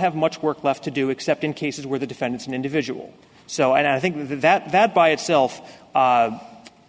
have much work left to do except in cases where the defendants an individual so i think that that by itself